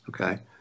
okay